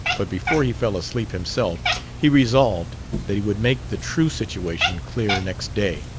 but before he fell asleep himself he resolved that he would make the true situation clear next day.